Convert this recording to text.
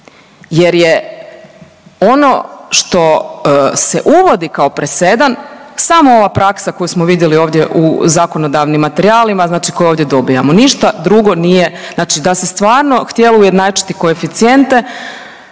jer je ono što se uvodi kao presedan samo ova praksa koju smo vidjeli ovdje u zakonodavnim materijalima znači koje ovdje dobijamo, ništa drugo nije da se stvarno htjelo ujednačiti koeficijente.